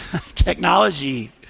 Technology